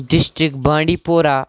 district باندی پورہ